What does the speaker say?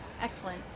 Excellent